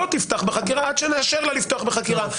לא תפתח בחקירה עד שנאשר לה לפתוח בחקירה.